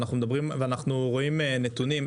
ואנחנו רואים נתונים,